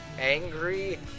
angry